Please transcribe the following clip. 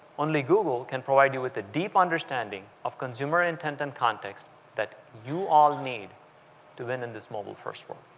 only google can provide you with a deep understanding of consumer intent and context that you all need to win in this mobile-first world.